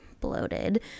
bloated